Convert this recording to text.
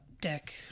deck